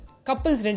Couples